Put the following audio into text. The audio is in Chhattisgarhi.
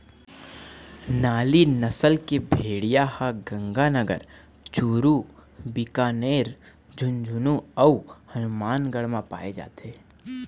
नाली नसल के भेड़िया ह गंगानगर, चूरू, बीकानेर, झुंझनू अउ हनुमानगढ़ म पाए जाथे